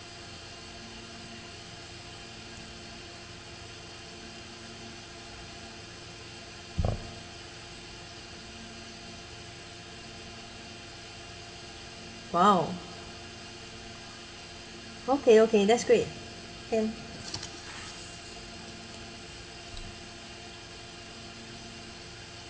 !wow! okay okay that's great can